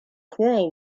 quarrel